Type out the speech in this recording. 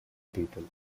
people